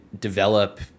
develop